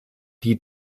die